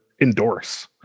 endorse